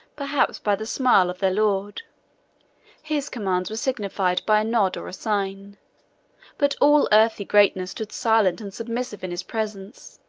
perhaps by the smile, of their lord his commands were signified by a nod or a sign but all earthly greatness stood silent and submissive in his presence.